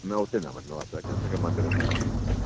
न हुते न वञिणो आहे असांखे असांखे मंदर में वञिणो आहे